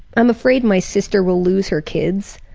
i'm afraid my sister will lose her kids.